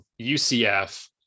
UCF